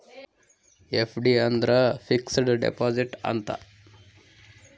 FD ಅಂದ್ರ fixed deposit ಅಂತ